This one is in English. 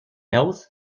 else